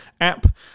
app